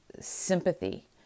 sympathy